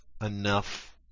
enough